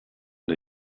der